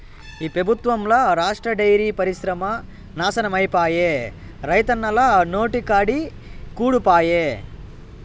ఈ పెబుత్వంల రాష్ట్ర డైరీ పరిశ్రమ నాశనమైపాయే, రైతన్నల నోటికాడి కూడు పాయె